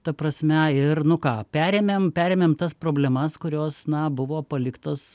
ta prasme ir nu ką perėmėm perėmėm tas problemas kurios na buvo paliktos